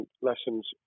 lessons